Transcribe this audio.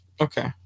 Okay